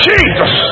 Jesus